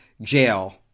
jail